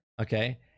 Okay